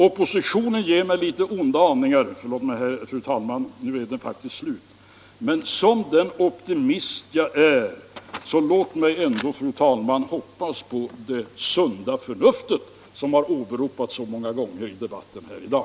Oppositionen ger mig alltså litet onda aningar — förlåt, fru talman, men nu är mitt anförande faktiskt slut. Låt mig ändå som den optimist jag är, fru talman, hoppas på det sunda förnuftet som har åberopats så många gånger i debatten här i dag.